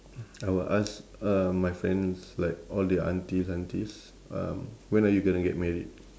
I will ask uh my friends like all their aunties aunties um when are you gonna get married